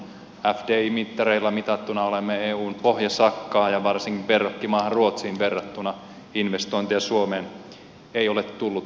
fdi mittareilla mitattuna olemme eun pohjasakkaa ja varsinkin verrokkimaahan ruotsiin verrattuna investointeja suomeen ei ole tullut viime aikoina